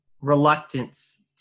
reluctance